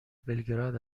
بلگراد